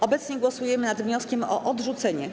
Obecnie głosujemy nad wnioskiem o odrzucenie.